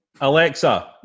Alexa